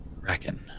Reckon